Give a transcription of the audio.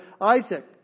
Isaac